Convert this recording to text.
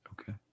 Okay